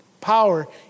power